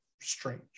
strange